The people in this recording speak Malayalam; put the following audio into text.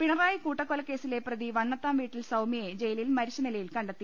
പിണറായി കൂട്ടക്കൊലക്കേസിലെ പ്രതി വണ്ണത്താംവീട്ടിൽ സൌമ്യയെ ജ്യിലിൽ മരിച്ച നിലയിൽ കണ്ടെത്തി